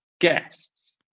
guests